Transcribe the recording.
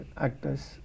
actors